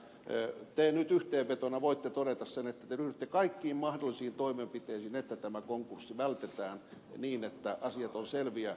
voitteko te nyt todeta yhteenvetona että te ryhdytty kaikkiin mahdollisiin toimenpiteisiin että tämä konkurssi vältetään niin että asiat ovat selviä maanantaina ja raha löytyy